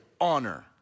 honor